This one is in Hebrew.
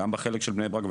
גם בחלק של בני ברק,